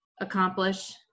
accomplish